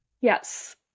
yes